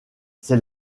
c’est